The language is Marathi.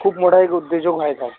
खूप मोठा एक उद्योजक व्हायचं आहे